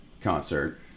concert